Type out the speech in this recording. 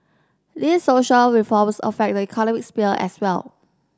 these social reforms affect the economic sphere as well